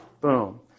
Boom